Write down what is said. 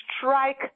strike